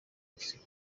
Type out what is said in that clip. rutsiro